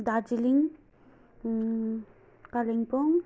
Darjeeling Kalimpong